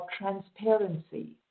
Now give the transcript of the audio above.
transparency